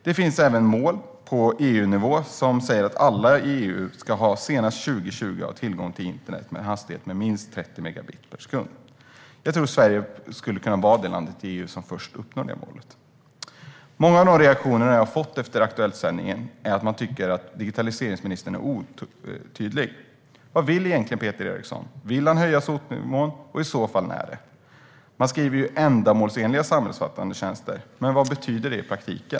Det finns mål på EU-nivå som säger att alla i EU senast 2020 ska ha tillgång till internet med en hastighet på minst 30 megabit per sekund. Jag tror att Sverige skulle kunna vara det land i EU som först uppnår målet. Många av de reaktioner som jag har fått efter Aktuellt sändningen har handlat om att man tycker att digitaliseringsministern är otydlig. Vad vill Peter Eriksson egentligen? Vill han höja SOT-nivån, och i så fall när? Han talar om "ändamålsenliga samhällsomfattande tjänster", men vad betyder det i praktiken?